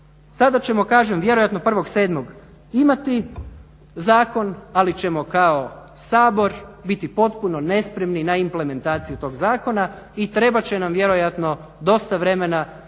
sada ćemo kažem vjerojatno 1.7.imati zakon ali ćemo kao Sabor biti potpuno nespremni na implementaciju tog zakona i trebat će nam vjerojatno dosta vremena